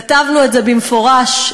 כתבנו את זה במפורש,